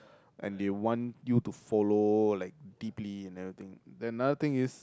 and they want you to follow like deeply and everything and another thing is